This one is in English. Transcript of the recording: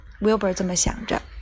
Wilbur这么想着